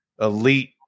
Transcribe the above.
elite